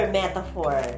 metaphor